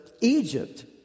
Egypt